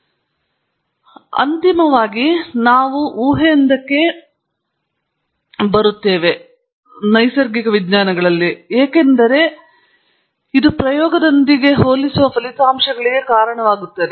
ನೀವು ಬೇರೆ ಸಮಯದಲ್ಲಿದ್ದರೆ ಗಿಬ್ಸ್ ಕೆಲವು ಊಹೆಗಳನ್ನು ಮಾಡಿರಬಹುದು ಆದರೆ ನಾವು ಅಂತಿಮವಾಗಿ ಈ ಊಹೆಯೊಂದಕ್ಕೆ ಬಂದಿದ್ದೆವು ಏಕೆಂದರೆ ಇದು ಪ್ರಯೋಗದೊಂದಿಗೆ ಹೋಲಿಸುವ ಫಲಿತಾಂಶಗಳಿಗೆ ಕಾರಣವಾಗುತ್ತದೆ